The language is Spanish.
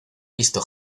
visto